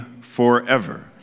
forever